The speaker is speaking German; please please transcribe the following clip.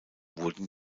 wurden